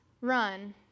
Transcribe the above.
run